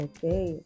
Okay